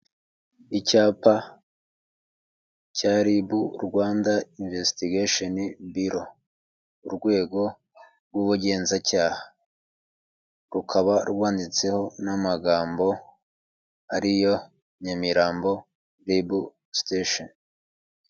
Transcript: Icyapa cya ribu Rwanda Imvesitagesheni Biro, urwego rw'ubugenzacyaha, rukaba rwanditseho n'amagambo ari yo Nyamirambo Ribu Sitesheni.